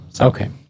Okay